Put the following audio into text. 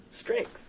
strength